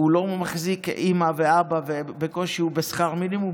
הוא לא מחזיק אימא ואבא בקושי בשכר מינימום?